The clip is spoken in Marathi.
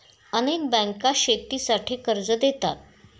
अनेक बँका शेतीसाठी कर्ज देतात